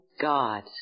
God